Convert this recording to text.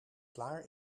klaar